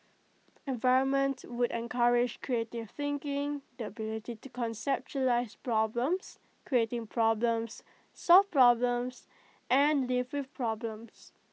environment would encourage creative thinking the ability to conceptualise problems create problems solve problems and live with problems